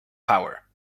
power